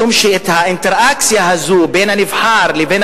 משום שהאינטראקציה הזו בין הנבחר לבין